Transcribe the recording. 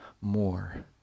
more